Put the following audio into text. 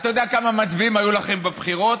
אתה יודע כמה מצביעים היו לכם בבחירות?